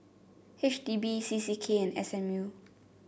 H D B C C K and S M U